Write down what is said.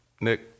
Nick